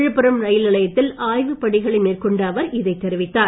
Villupuram rail நிலையத்தில் ஆய்வுப் பணிகளை மேற்கொண்ட அவர் இதைத் தெரிவித்தார்